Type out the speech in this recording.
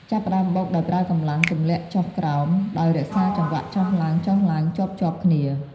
ចាប់ផ្តើមបុកដោយប្រើកម្លាំងទម្លាក់ចុះក្រោម ដោយរក្សាចង្វាក់ចុះឡើងៗជាប់ៗគ្នា។